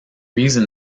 reason